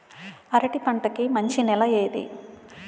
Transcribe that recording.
అరటి పంట కి మంచి నెల ఏది?